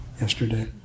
yesterday